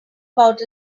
about